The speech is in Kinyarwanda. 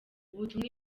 ubutumwa